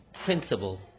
Principle